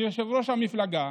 מיושב-ראש המפלגה,